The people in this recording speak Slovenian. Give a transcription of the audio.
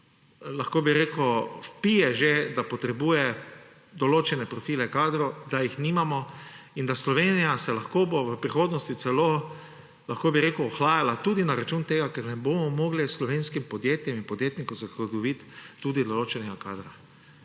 lahko bi rekel, vpije že, da potrebuje določene profile kadrov, da jih nimamo, in da se bo Slovenija lahko v prihodnosti celo, lahko bi rekel, ohlajala tudi na račun tega, ker ne bomo mogli slovenskim podjetjem in podjetnikom zagotoviti tudi določenega kadra.